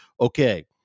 okay